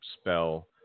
spell